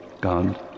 God